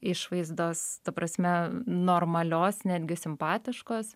išvaizdos ta prasme normalios netgi simpatiškos